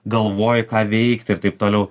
galvoji ką veikti ir taip toliau